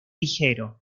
ligero